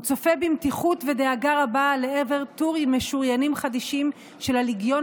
הוא צופה במתיחות ודאגה רבה לעבר טורים משוריינים חדישים של הלגיון